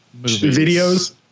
videos